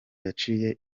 yaciye